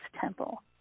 temple